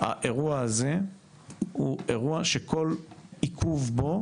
האירוע הזה הוא אירוע שכל עיכוב בו,